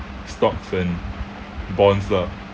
stocks and bonds lah